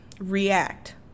react